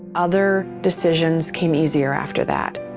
other decisions came easier after that.